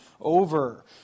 over